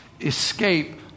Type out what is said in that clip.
escape